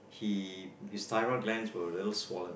he his thyroid glands were a little swollen